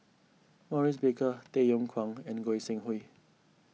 Maurice Baker Tay Yong Kwang and Goi Seng Hui